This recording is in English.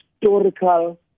historical